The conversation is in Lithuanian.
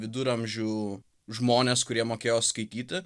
viduramžių žmonės kurie mokėjo skaityti